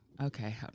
Okay